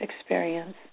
experience